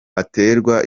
aterwa